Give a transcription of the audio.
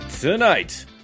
Tonight